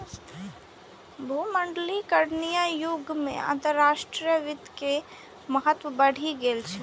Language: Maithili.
भूमंडलीकरणक युग मे अंतरराष्ट्रीय वित्त के महत्व बढ़ि गेल छै